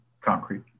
concrete